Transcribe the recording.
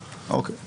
אוקיי.